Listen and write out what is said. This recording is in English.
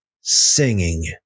singing